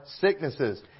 sicknesses